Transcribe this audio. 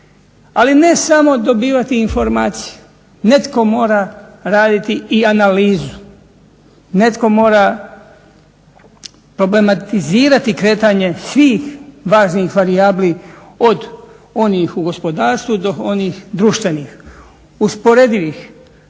Ali ne samo dobivati informacije. Netko mora raditi i analizu, netko mora problematizirati kretanje svih važnih varijabli od onih u gospodarstvu do onih društvenih, usporedivih.